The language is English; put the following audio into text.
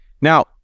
Now